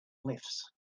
lifts